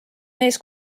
mees